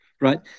Right